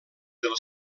del